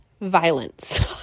violence